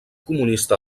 comunista